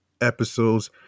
episodes